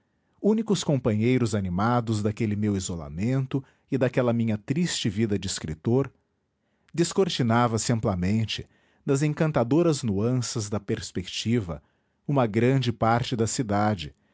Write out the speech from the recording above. únicos companheiros animados daquele meu isolamento e daquela minha triste vida de escritor descortinava se amplamente nas encantadoras nuanças da perspectiva uma grande parte da cidade